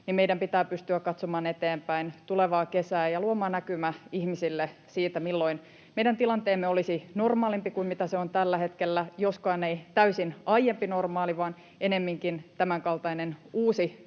meidän pitää pystyä katsomaan eteenpäin tulevaa kesää ja luomaan näkymä ihmisille siitä, milloin meidän tilanteemme olisi normaalimpi kuin mitä se on tällä hetkellä — joskaan ei täysin aiempi normaali, vaan ennemminkin tämänkaltainen uusi